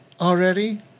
already